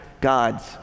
God's